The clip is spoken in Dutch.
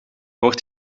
wordt